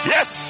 Yes